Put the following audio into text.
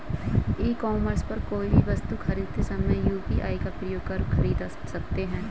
ई commerce पर कोई भी वस्तु खरीदते समय यू.पी.आई का प्रयोग कर खरीद सकते हैं